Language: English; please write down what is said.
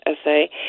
essay